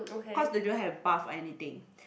cause they don't have bath or anything